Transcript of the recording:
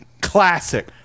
classic